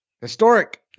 historic